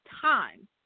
time